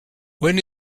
when